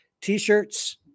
t-shirts